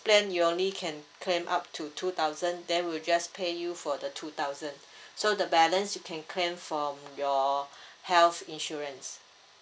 plan you only can claim up to two thousand then we'll just pay you for the two thousand so the balance you can claim from your health insurance